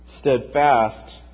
steadfast